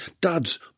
dad's